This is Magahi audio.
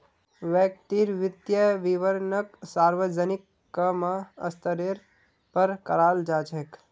व्यक्तिर वित्तीय विवरणक सार्वजनिक क म स्तरेर पर कराल जा छेक